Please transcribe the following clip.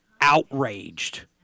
outraged